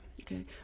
Okay